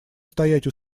стоять